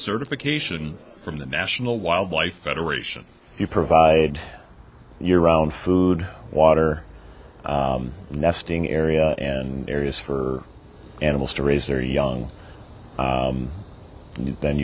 certification from the national wildlife federation you provide year round food water nesting area and areas for animals to raise their young and then